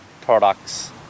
products